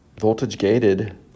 voltage-gated